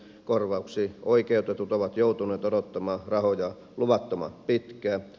korvauksiin oikeutetut ovat joutuneet odottamaan rahoja luvattoman pitkään